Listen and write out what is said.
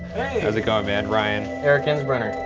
hey. how's it goin' man, ryan. eric enzbrenner.